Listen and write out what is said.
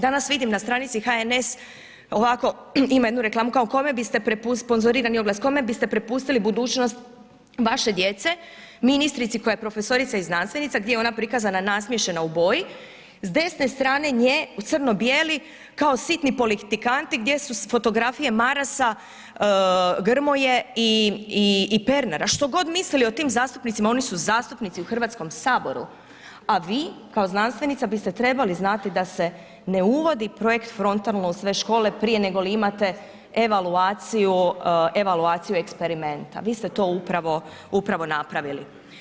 Danas vidim na stranici HNS ovako, ima jednu reklamu kao kome biste, sponzorirani oglas, kome biste prepustili budućnost vaše djece, ministrici koja je profesorica i znanstvenica gdje je ona prikazana nasmiješena u boji, s desne strane nje u crno bijeli kao sitni politikanti gdje su s fotografije Marasa, Grmoje i, i, i Pernara, što god mislili o tim zastupnicima, oni su zastupnici u HS, a vi kao znanstvenica biste trebali znati da se ne uvodi projekt frontalno u sve škole prije nego li imate evaluaciju, evaluaciju eksperimenta, vi ste to upravo, upravo napravili.